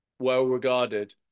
well-regarded